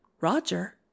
Roger